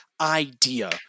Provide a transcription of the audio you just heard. idea